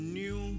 new